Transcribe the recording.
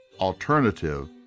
alternative